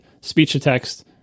speech-to-text